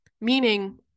meaning